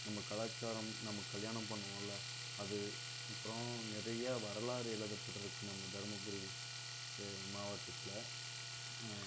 நம்ம கலாச்சாரம் நம்ம கல்யாணம் பண்ணுவோமில்ல அது அப்புறம் நிறைய வரலாறு எழுதப்பட்டுருக்குது நம்ம தர்மபுரி மாவட்டத்தில்